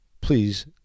please